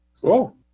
cool